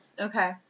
Okay